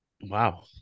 wow